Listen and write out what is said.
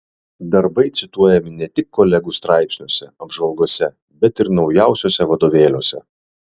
darbai cituojami ne tik kolegų straipsniuose apžvalgose bet ir naujausiuose vadovėliuose